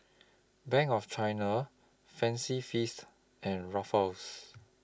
Bank of China Fancy Feast and Ruffles